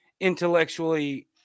intellectually